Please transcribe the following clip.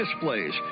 displays